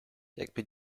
jakby